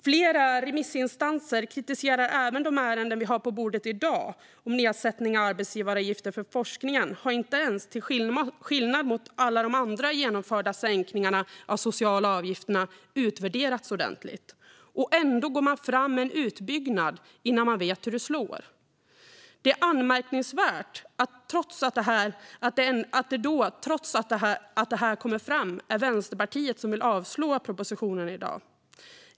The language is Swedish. Flera remissinstanser kritiserar även de ärenden vi har på bordet i dag. Nedsättningen av arbetsgivaravgiften för forskning har inte ens, till skillnad från alla de andra genomförda sänkningarna av sociala avgifter, utvärderats ordentligt. Ändå går man fram med en utbyggnad innan man vet hur det slår. Det är anmärkningsvärt att det trots detta är endast Vänsterpartiet som vill avslå propositionerna i dag.